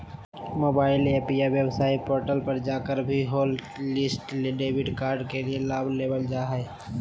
mobile app या website portal पर जाकर भी हॉटलिस्ट डेबिट कार्ड के लाभ लेबल जा हय